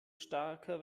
starker